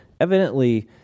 evidently